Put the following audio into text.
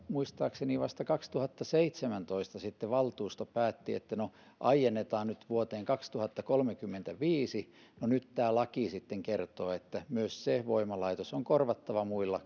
muistaakseni vasta kaksituhattaseitsemäntoista valtuusto päätti että no aiennetaan tämä salmisaaren sulkeminen vuoteen kaksituhattakolmekymmentäviisi no nyt tämä laki sitten kertoo että myös se voimalaitos on korvattava muilla